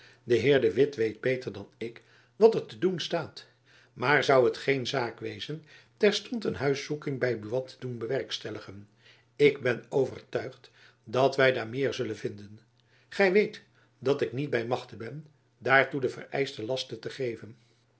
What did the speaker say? de witt weet beter dan ik wat er te doen staat maar zoû het geen zaak wezen terstond een huiszoeking by buat te doen bewerkstelligen ik ben overtuigd dat wy daar meer zullen vinden gy weet dat ik niet by machte ben daartoe den vereischten last te geven